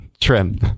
Trim